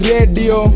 Radio